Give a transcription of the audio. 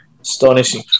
astonishing